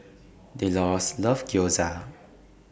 Delores loves Gyoza